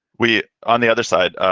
we, on the other side,